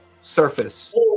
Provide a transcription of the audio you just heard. Surface